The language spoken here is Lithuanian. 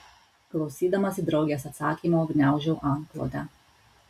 klausydamasi draugės atsakymo gniaužau antklodę